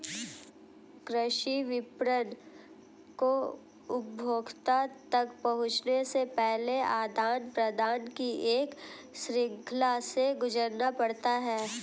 कृषि विपणन को उपभोक्ता तक पहुँचने से पहले आदान प्रदान की एक श्रृंखला से गुजरना पड़ता है